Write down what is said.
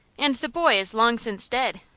and the boy is long since dead!